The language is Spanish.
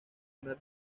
una